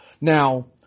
Now